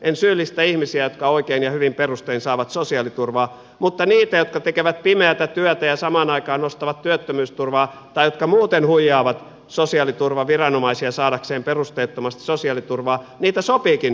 en syyllistä ihmisiä jotka oikein ja hyvin perustein saavat sosiaaliturvaa mutta niitä jotka tekevät pimeätä työtä ja samaan aikaan nostavat työttömyysturvaa tai jotka muuten huijaavat sosiaaliturvaviranomaisia saadakseen perusteettomasti sosiaaliturvaa sopiikin syyllistää